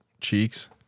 cheeks